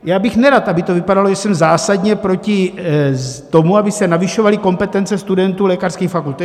Já bych nerad, aby to vypadalo, že jsem zásadně proti tomu, aby se navyšovaly kompetence studentů lékařských fakult.